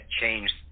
changed